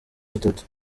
bitatu